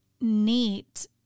neat